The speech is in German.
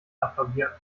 applaudieren